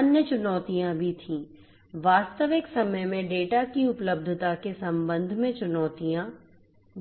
अन्य चुनौतियां भी थीं वास्तविक समय में डेटा की उपलब्धता के संबंध में चुनौतियां